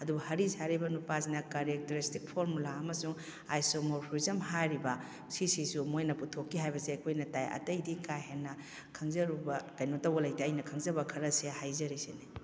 ꯑꯗꯨ ꯍꯔꯤꯁ ꯍꯥꯏꯔꯤꯕ ꯅꯨꯄꯥꯁꯤꯅ ꯀꯔꯦꯛꯇꯔꯤꯁꯇꯤꯛ ꯐꯣꯔꯃꯨꯂꯥ ꯑꯃꯁꯨꯡ ꯑꯥꯏꯁꯣꯃꯣꯔꯐꯤꯖꯝ ꯍꯥꯏꯔꯤꯕ ꯁꯤꯁꯤꯁꯨ ꯃꯣꯏꯅ ꯄꯨꯊꯣꯛꯈꯤ ꯍꯥꯏꯕꯁꯦ ꯑꯩꯈꯣꯏꯅ ꯇꯥꯏ ꯑꯇꯩꯗꯤ ꯀꯥ ꯍꯦꯟꯅ ꯈꯪꯖꯔꯨꯕ ꯀꯩꯅꯣ ꯇꯧꯕ ꯂꯩꯇꯦ ꯑꯩꯅ ꯈꯪꯖꯕ ꯈꯔꯁꯦ ꯍꯥꯏꯖꯔꯤꯁꯤꯅꯤ